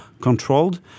controlled